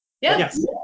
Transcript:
Yes